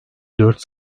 dört